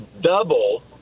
double